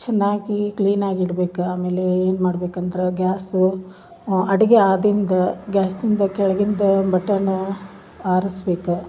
ಚೆನ್ನಾಗಿ ಕ್ಲೀನಾಗಿ ಇಡ್ಬೇಕು ಆಮೇಲೆ ಏನು ಮಾಡ್ಬೇಕಂದ್ರೆ ಗ್ಯಾಸು ಅಡ್ಗೆ ಆದಿಂದ ಗ್ಯಾಸಿಂದ ಕೆಳಗಿಂದ ಬಟನ್ನು ಆರಸ್ಬೇಕು